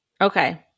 Okay